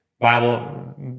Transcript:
Bible